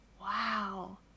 wow